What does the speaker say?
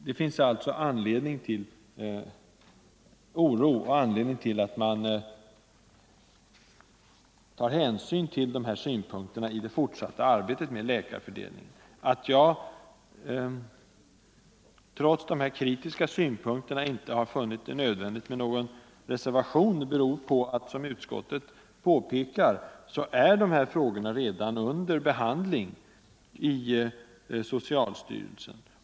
Det finns alltså anledning till oro och till att man tar hänsyn till de här farhågorna i det fortsatta arbetet med läkarfördelningen. Att jag trots dessa kritiska synpunkter inte har funnit det nödvändigt med någon reservation beror på att de här frågorna, som utskottet påpekar, redan är under behandling i socialstyrelsen.